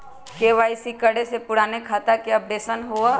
KYC करें से पुराने खाता के अपडेशन होवेई?